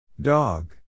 Dog